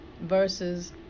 versus